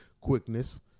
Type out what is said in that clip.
quickness